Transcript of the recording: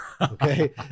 Okay